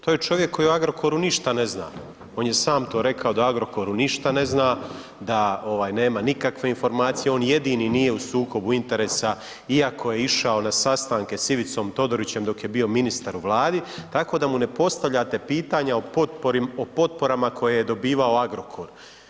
To je čovjek koji o Agrokoru ništa ne zna on je sam to rekao da o Agrokoru ništa ne zna, da ovaj nema nikakve informacije, on jedini nije u sukobu interesa iako je išao na sastanke s Ivicom Todorićem dok je bio ministar u Vladi tako da mu ne postavljate pitanja o potporama koje je dobivao Agrokor.